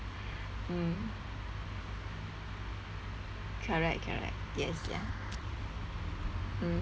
mm correct correct yes ya mm